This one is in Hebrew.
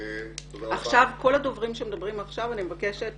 כל הדוברים שמדברים מעכשיו, אני מבקשת